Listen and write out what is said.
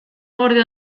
gorde